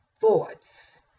thoughts